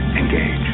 Engage